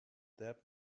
that